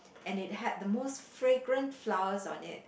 and it had the most fragrant flowers on it